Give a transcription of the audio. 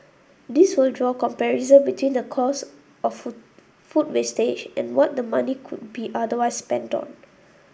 these will draw comparison between the cost of food wastage and what the money could be otherwise spent on